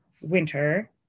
winter